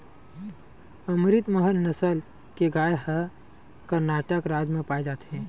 अमरितमहल नसल के गाय ह करनाटक राज म पाए जाथे